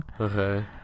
Okay